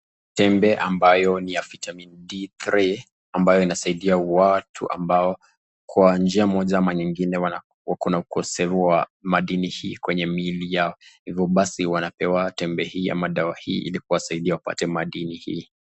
Tembe ambayo ni ya vitamin 3d, ambao jnasaidia watu ambao kwa njia moja ama nyingine wako na ukosefu wa madini hii kwenye miili yao, hivo basi wanapewa tembe hii ili kuwasaidia wapate madini hii.